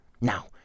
Now